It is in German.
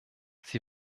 sie